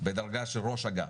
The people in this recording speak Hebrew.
בדרגה של ראש אגף,